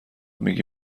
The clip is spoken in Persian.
میگی